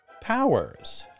powers